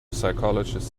psychologist